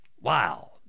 Wow